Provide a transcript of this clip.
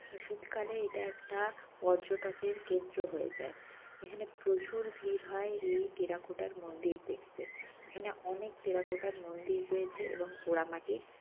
শীতকালে এটা একটা পর্যটকের কেন্দ্র হয়ে যায় এখানে প্রচুর ভিড় হয় এই টেরাকোটার মন্দির দেকতে এখানে অনেক টেরাকোটার মন্দির রয়েছে এবং পোড়ামাটির